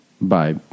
bye